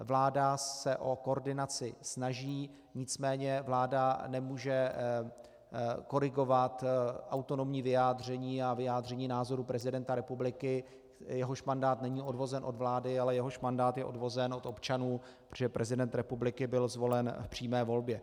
Vláda se o koordinaci snaží, nicméně vláda nemůže korigovat autonomní vyjádření a vyjádření názorů prezidenta republiky, jehož mandát není odvozen od vlády, ale jehož mandát je odvozen od občanů, protože prezident republiky byl zvolen v přímé volbě.